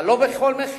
אבל לא בכל מחיר.